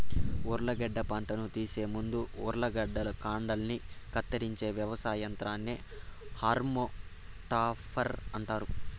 ఉర్లగడ్డ పంటను తీసే ముందు ఉర్లగడ్డల కాండాన్ని కత్తిరించే వ్యవసాయ యంత్రాన్ని హాల్మ్ టాపర్ అంటారు